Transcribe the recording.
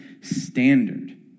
standard